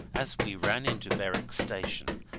as we ran into berwick station,